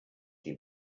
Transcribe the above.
die